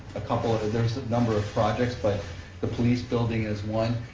a couple of, there's a number of projects but the police building is one,